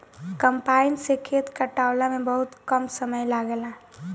combine से खेत कटावला में बहुते कम समय लागेला